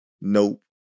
nope